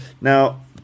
Now